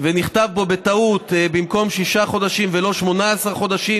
ונכתב בו בטעות שישה חודשים ולא 18 חודשים,